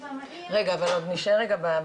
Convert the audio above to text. אחר וגם לשכנע אותם להירשם כמנויים,